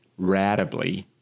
ratably